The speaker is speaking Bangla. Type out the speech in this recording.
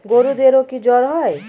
গরুদেরও কি জ্বর হয়?